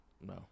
No